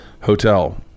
hotel